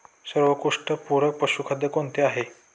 सर्वोत्कृष्ट पूरक पशुखाद्य कोणते आहे?